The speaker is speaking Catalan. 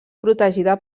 protegida